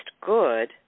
good